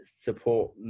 support